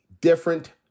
different